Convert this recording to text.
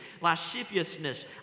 lasciviousness